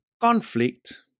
conflict